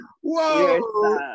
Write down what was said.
Whoa